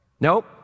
Nope